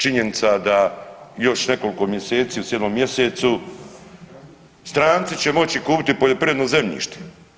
Činjenica da još nekoliko mjeseci, u 7. mjesecu stranci će moći kupiti poljoprivredno zemljište.